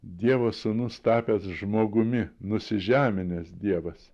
dievo sūnus tapęs žmogumi nusižeminęs dievas